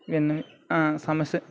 విన్న సమస్య